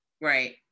right